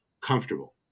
comfortable